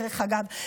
דרך אגב,